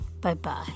bye-bye